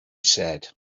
said